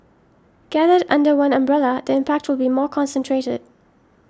gathered under one umbrella the impact will be more concentrated